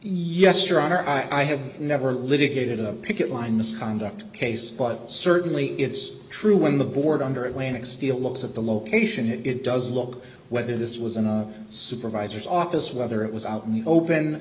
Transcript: honor i have never litigator the picket line misconduct case but certainly it's true when the board under atlantic steel looks at the location it does look whether this was in the supervisor's office whether it was out in the open